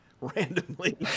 randomly